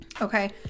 okay